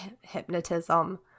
hypnotism